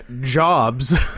Jobs